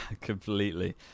completely